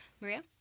Maria